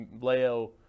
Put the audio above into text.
leo